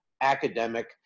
academic